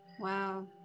Wow